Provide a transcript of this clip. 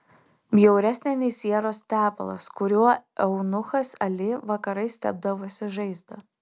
bjauresnė nei sieros tepalas kuriuo eunuchas ali vakarais tepdavosi žaizdą